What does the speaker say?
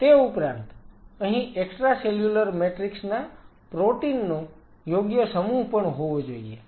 તે ઉપરાંત અહીં એક્સ્ટ્રાસેલ્યુલર મેટ્રિક્સ ના પ્રોટીન નો યોગ્ય સમૂહ પણ હોવો જોઈએ